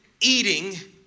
eating